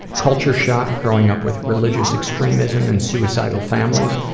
culture shock growing up with religious extremism and suicidal families,